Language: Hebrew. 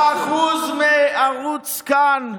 10% מערוץ "כאן"